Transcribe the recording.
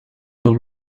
will